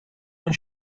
een